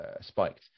spiked